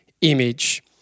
image